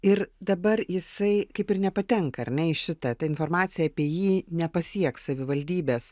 ir dabar jisai kaip ir nepatenka ar ne į šitą ta informacija apie jį nepasieks savivaldybės